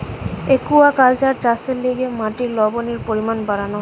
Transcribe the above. aquaculture চাষের লিগে মাটির লবণের পরিমান বাড়ানো হতিছে